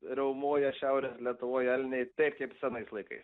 riaumoja šiaurės lietuvoj elniai taip kaip senais laikais